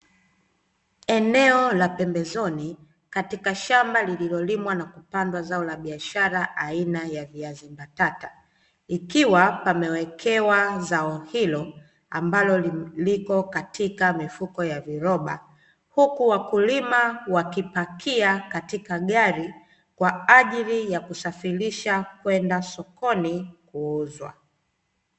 Eneo la pembezoni, katika shamba lililolimwa na kupandwa zao la biashara aina ya viazi mbatata, ikiwa pamewekewa zao hilo ambalo lipo katika mifuko ya viroba, huku wakulima wakipakia katika gari, kwa ajili ya kusafirisha kwenda sokoni kuuzwa.